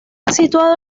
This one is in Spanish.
situado